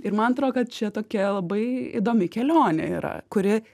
ir man atrodo kad čia tokia labai įdomi kelionė yra kuri